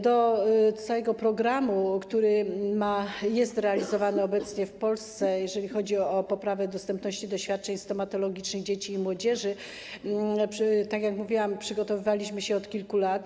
Do całego programu, który jest realizowany obecnie w Polsce, jeżeli chodzi o poprawę dostępności do świadczeń stomatologicznych dzieci i młodzieży, tak jak mówiłam, przygotowywaliśmy się od kilku lat.